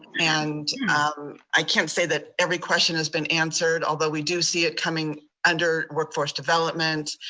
and i can't say that every question has been answered, although we do see it coming under workforce development.